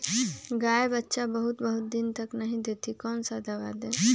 गाय बच्चा बहुत बहुत दिन तक नहीं देती कौन सा दवा दे?